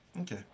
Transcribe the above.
Okay